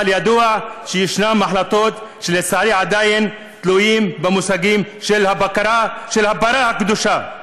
אבל ידוע שיש החלטות שלצערי עדיין תלויות במושגים של "פרה קדושה".